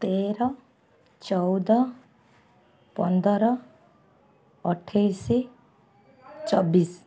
ତେର ଚଉଦ ପନ୍ଦର ଅଠେଇଶ ଚବିଶ